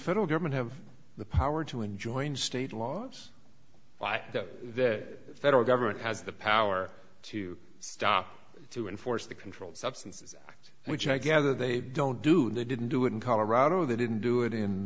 federal government have the power to enjoin state laws by the federal government has the power to stop to enforce the controlled substances act which i gather they don't do they didn't do it in colorado they didn't do it